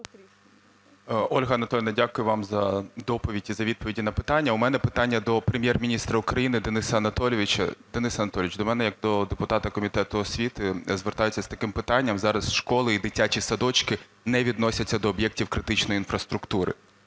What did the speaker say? Ольга Анатоліївна, дякую вам за доповідь і за відповіді на питання. У мене питання до Прем'єр-міністра України Дениса Анатолійовича. Денис Анатолійович, до мене як до депутата комітету освіти звертаються з таким питанням. Зараз школи і дитячі садочки не відносяться до об'єктів критичної інфраструктури.